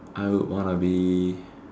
I would wanna be